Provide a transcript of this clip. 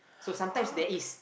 so sometimes there is